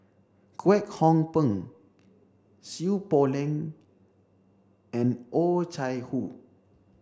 Kwek Hong Png Seow Poh Leng and Oh Chai Hoo